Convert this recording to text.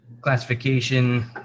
classification